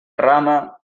rama